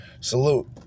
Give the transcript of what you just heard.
Salute